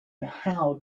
how